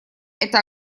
эта